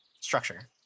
Structure